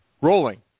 Rolling